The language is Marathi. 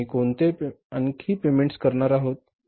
आणि आम्ही कोणती आणखी पेमेंट्स करणार आहोत